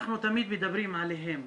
אנחנו תמיד מדברים עליהם,